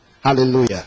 hallelujah